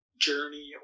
journey